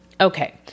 Okay